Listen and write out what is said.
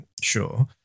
sure